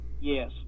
Yes